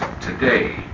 today